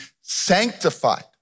sanctified